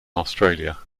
australia